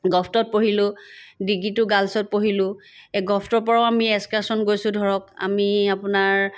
গভটত পঢ়িলো ডিগ্ৰীটো গাৰ্লছত পঢ়িলো এই গভটৰ পৰাও আমি এছকাৰ্ছন গৈছো ধৰক আমি আপোনাৰ